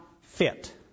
fit